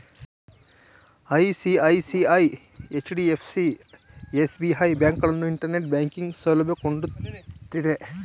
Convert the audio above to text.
ICICI, HDFC, SBI, ಬ್ಯಾಂಕುಗಳು internet banking ಸೌಲಭ್ಯ ಕೊಡ್ತಿದ್ದೆ